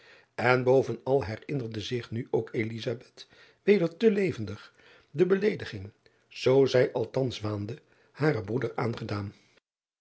en bovenal herinnerde zich nu ook weder te levendig de beleediging zoo zij althans waande haren broeder aangedaan